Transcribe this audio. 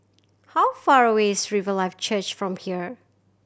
how far away is Riverlife Church from here